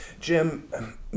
Jim